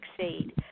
succeed